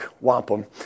wampum